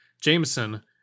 Jameson